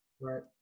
Right